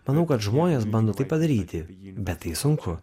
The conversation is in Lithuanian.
manau kad žmonės bando tai padaryti bet tai sunku